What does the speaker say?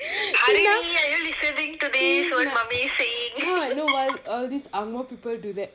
now I know know why all these ang moh people do that